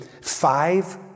five